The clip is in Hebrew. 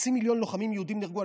חצי מיליון לוחמים יהודים נהרגו,